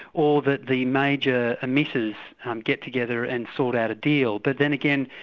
or that the major emitters um get together and sort out a deal. but then again,